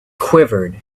quivered